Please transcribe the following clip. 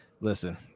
Listen